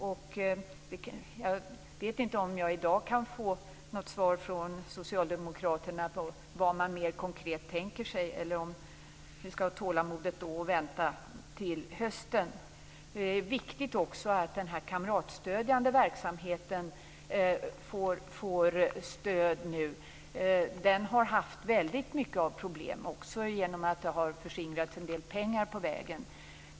Jag vet inte om jag i dag kan få något svar från socialdemokraterna om vad man mer konkret tänker sig, eller om vi skall ha tålamod och vänta till hösten. Det är också viktigt att den kamratstödjande verksamheten får stöd nu. Den har haft väldigt mycket problem, genom att det har förskingrats en del pengar på vägen.